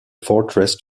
fortress